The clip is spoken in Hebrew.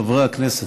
חברי הכנסת,